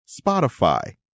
Spotify